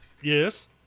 Yes